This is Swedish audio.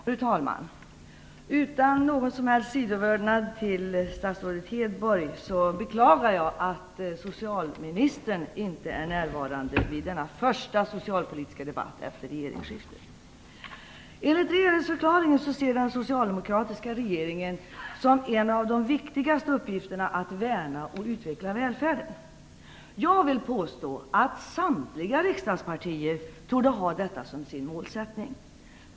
Fru talman! Utan någon som helst sidvördnad mot statsrådet Hedborg beklagar jag att socialministern inte är närvarande vid denna första socialpolitiska debatt efter regeringsskiftet. Enligt regeringsförklaringen ser den socialdemokratiska regeringen som en av sina främsta uppgifter att "värna och utveckla välfärden". Jag vill påstå att samtliga riksdagspartier torde ha detta som sin målsättning.